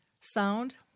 Sound